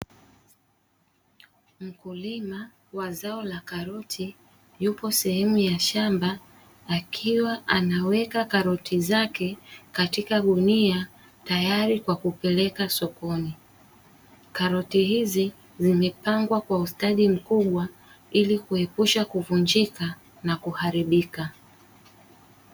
Mkulima wa zao la karoti yupo sehemu ya shamba, akiwa anaweka karoti zake katika gunia, tayari kwa kupeleka sokoni. Karoti hizi zimepangwa kwa ustadi mkubwa ili kuepusha kuvunjika na kuharibika.